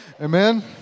amen